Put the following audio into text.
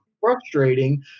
frustrating